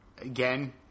Again